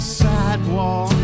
sidewalk